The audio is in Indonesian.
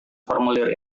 formulir